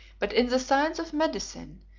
but in the science of medicine,